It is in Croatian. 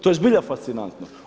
To je zbilja fascinantno.